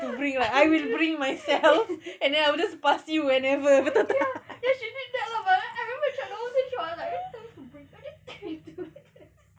ya then she did that but then I remember macam the whole trip she was like I told you to bring